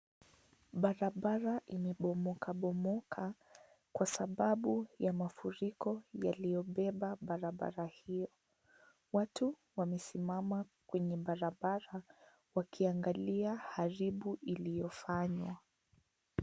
Barabara imebomoka bomoka Kwa sababu ya mafuriko yaliyobeba barabara hiyo. Watu wamesimama kwenye barabara wakiangalia haribu iliyofanywa.